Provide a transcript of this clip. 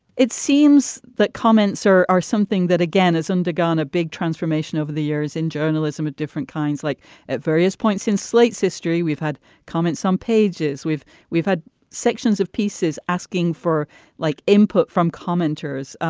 it seems that comments are are something that, again, has undergone a big transformation over the years in journalism at different kinds, like at various points in slate's history. we've had comments, some pages. we've we've had sections of pieces asking for like input from commenters.